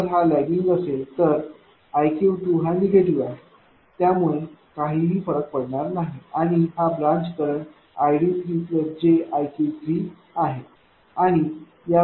जर हा लैगिंग असेल तर iq2हा निगेटिव्ह असेल यामुळे काहीही फरक पडणार नाही आणि हा ब्रांच करंट id3 jiq3आहे आणि या